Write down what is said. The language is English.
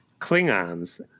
Klingons